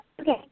Okay